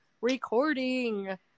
recording